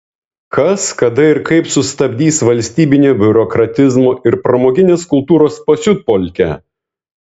kas kada ir kaip sustabdys valstybinio biurokratizmo ir pramoginės kultūros pasiutpolkę